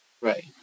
Right